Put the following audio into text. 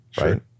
Right